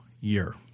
year